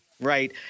Right